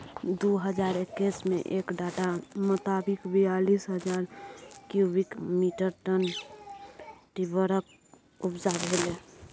दु हजार एक्कैस मे एक डाटा मोताबिक बीयालीस हजार क्युबिक मीटर टन टिंबरक उपजा भेलै